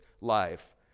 life